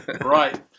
right